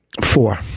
Four